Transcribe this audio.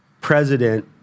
president